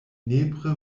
nepre